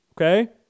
okay